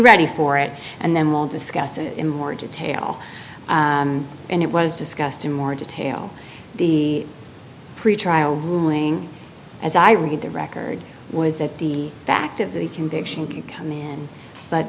ready for it and then we'll discuss it in more detail and it was discussed in more detail the pretrial ruling as i read the record was that the fact of the conviction could come in but